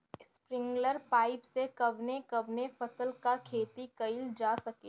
Sprinkler pipe से कवने कवने फसल क खेती कइल जा सकेला?